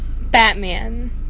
Batman